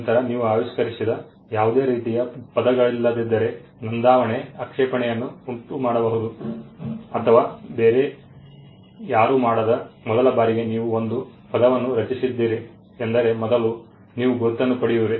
ನಂತರ ನೀವು ಆವಿಷ್ಕರಿಸಿದ ಯಾವುದೇ ರೀತಿಯ ಪದಗಳಿಲ್ಲದಿದ್ದರೆ ನೋಂದಾವಣೆ ಆಕ್ಷೇಪಣೆಯನ್ನು ಉಂಟುಮಾಡಬಹುದು ಅಥವಾ ಬೇರೆ ಯಾರೂ ಮಾಡದ ಮೊದಲ ಬಾರಿಗೆ ನೀವು ಒಂದು ಪದವನ್ನು ರಚಿಸಿದ್ದೀರಿ ಎಂದರೆ ಮೊದಲು ನೀವು ಗುರುತನ್ನು ಪಡೆಯುವಿರಿ